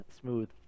smooth